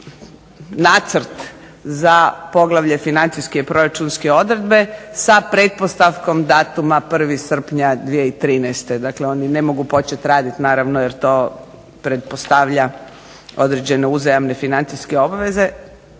nacrt za poglavlje financijske i proračunske odredbe sa pretpostavkom datuma 1. srpnja 2013. Dakle, oni ne mogu početi raditi jer naravno to pretpostavlja određene uzajamne financijske obveze,